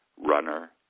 runner